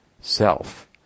self